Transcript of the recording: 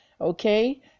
okay